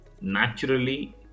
naturally